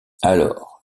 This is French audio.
alors